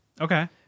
Okay